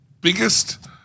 biggest